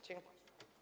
Dziękuję.